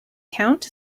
count